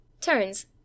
Turns